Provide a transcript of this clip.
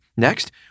Next